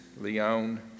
Leon